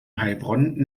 heilbronn